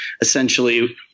essentially